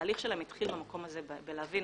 התחיל במקום הזה, בלהבין